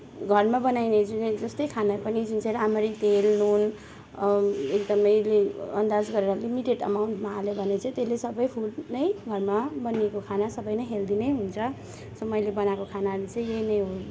घरमा बनाइने जुन चाहिँ जस्तै खानाहरू पनि जुन चाहिँ राम्ररी तेल नुन एकदमैले अन्दाज गरेर लिमिटेड अमाउन्टमा हाल्यो भने चाहिँ त्यसले सबै फुड नै घरमा बनिएको खाना सबै नै हेल्दी नै हुन्छ सो मैले बनाएको खानाहरू चाहिँ यही नै हो